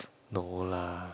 no lah